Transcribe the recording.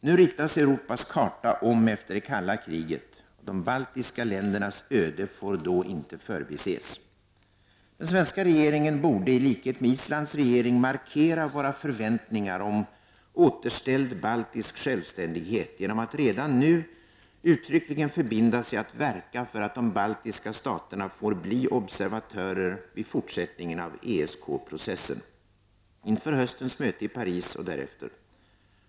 Nu ritas Europas karta om efter det kalla kriget. De baltiska ländernas öde får då inte förbises. Den svenska regeringen borde, i likhet med Islands regering, markera våra förväntningar om återställd baltisk självständighet genom att redan nu uttryckligen förbinda sig att verka för att de baltiska staterna får bli observatörer vid fortsättningen av ESK-processen, inför höstens möte i Paris och därefter.